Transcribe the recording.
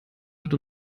hat